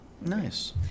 Nice